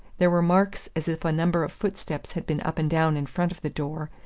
there were marks as if a number of footsteps had been up and down in front of the door,